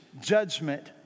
judgment